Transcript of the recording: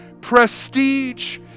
prestige